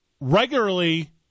regularly